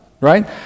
right